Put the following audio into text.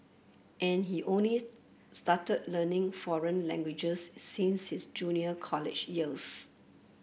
and he only started learning foreign languages since his junior college years